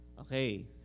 Okay